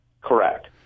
Correct